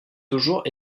toujours